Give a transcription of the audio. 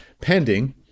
pending